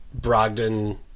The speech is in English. Brogdon